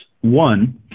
One